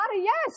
yes